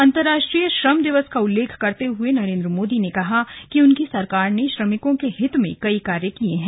अंतर्राष्ट्रीय श्रम दिवस का उल्लेख करते हुए नरेन्द्र मोदी ने कहा कि उनकी सरकार ने श्रमिकों के हित में कई कार्य किये हैं